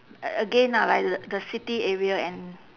a~ again lah like the the city area and